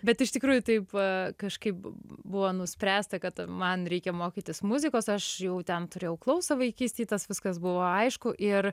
bet iš tikrųjų taip kažkaip buvo nuspręsta kad man reikia mokytis muzikos aš jau ten turėjau klausą vaikystėj tas viskas buvo aišku ir